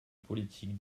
politique